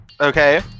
Okay